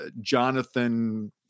Jonathan